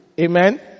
Amen